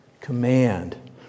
command